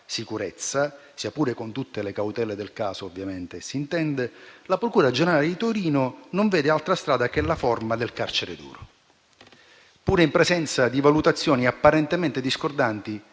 sicurezza, sia pure con tutte le cautele del caso, la procura generale di Torino non vede altra strada che la forma del carcere duro. Pure in presenza di valutazioni apparentemente discordanti,